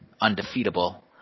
undefeatable